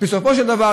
בסופו של דבר,